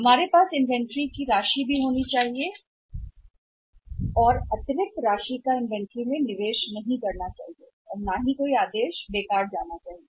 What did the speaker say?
हमारे पास इन्वेंट्री की राशि भी हमारे पास होनी चाहिए और हम अत्यधिक मात्रा में इन्वेंट्री में भी निवेश नहीं किया गया है और कोई भी ऑर्डर अन सम्मानित या अनमैट नहीं हो रहा है